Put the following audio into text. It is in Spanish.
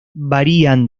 varían